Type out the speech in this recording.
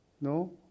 no